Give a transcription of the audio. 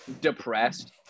depressed